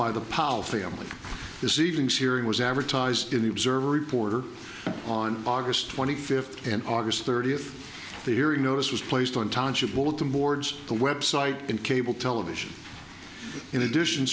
by the powell family is evenings here and was advertised in the observer reporter on august twenty fifth and august thirtieth the hearing notice was placed on township bulletin boards the website and cable television in addition